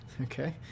okay